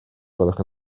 gwelwch